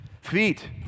Feet